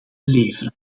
leveren